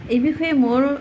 এই বিষয়ে মোৰ